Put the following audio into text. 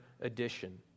edition